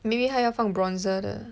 maybe 她要放 bronzer 的